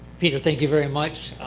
peter, thank you very much.